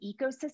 ecosystem